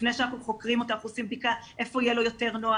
שאנחנו חוקרים אותו אנחנו עושים בדיקה איפה יהיה לו יותר נוח.